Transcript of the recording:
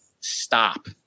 stop